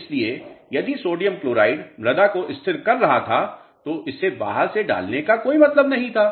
इसलिए यदि sodium chloride मृदा को स्थिर कर रहा था तो इसे बाहर से डालने का कोई मतलब नहीं था